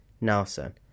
Nelson